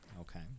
Okay